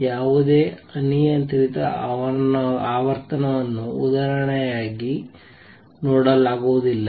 ಯಾವುದೇ ಅನಿಯಂತ್ರಿತ ಆವರ್ತನವನ್ನು ಉದಾಹರಣೆಗೆ ನೋಡಲಾಗುವುದಿಲ್ಲ